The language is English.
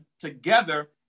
together